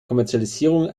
kommerzialisierung